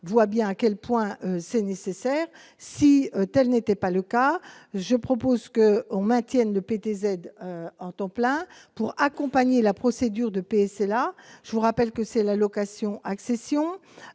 voit bien à quel point c'est nécessaire si telle n'était pas le cas, je propose qu'on maintienne le PTZ temps plein pour accompagner la procédure de paix, c'est là, je vous rappelle que c'est la location accession